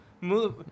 Move